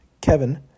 Kevin